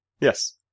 Yes